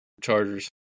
chargers